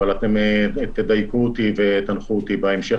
אתם תדייקו אותי ותנחו אותי בהמשך